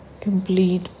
complete